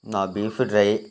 ആ beef dry